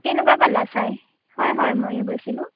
কেনেকুৱা পালা চাই হয় হয় ময়ো গৈছিলোঁ